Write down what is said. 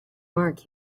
mark